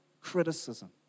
criticism